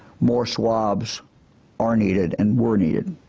more swabs are needed and were needed.